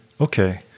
Okay